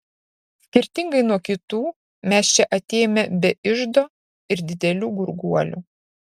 skirtingai nuo kitų mes čia atėjome be iždo ir didelių gurguolių